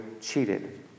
cheated